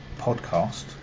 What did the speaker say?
podcast